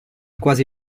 quasi